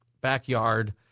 backyard